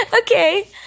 Okay